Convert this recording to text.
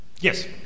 Yes